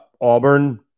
Auburn